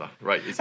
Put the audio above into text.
right